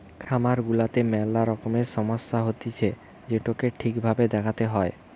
খামার গুলাতে মেলা রকমের সমস্যা হতিছে যেটোকে ঠিক ভাবে দেখতে হয়